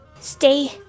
stay